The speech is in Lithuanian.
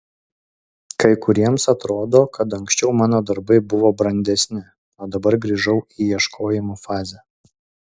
kai kuriems atrodo kad anksčiau mano darbai buvo brandesni o dabar grįžau į ieškojimų fazę